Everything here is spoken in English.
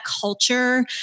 culture